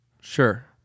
sure